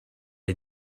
est